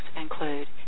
include